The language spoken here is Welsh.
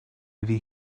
iddi